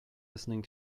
listening